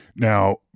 now